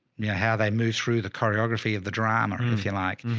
yeah. how they move through the choreography of the drama, if you like.